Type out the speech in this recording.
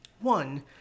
one